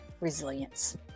resilience